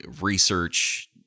research